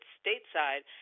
stateside